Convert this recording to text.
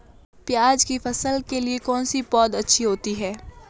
प्याज़ की फसल के लिए कौनसी पौद अच्छी होती है?